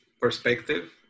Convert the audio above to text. perspective